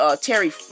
Terry